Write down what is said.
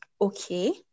okay